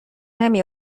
نمی